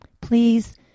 please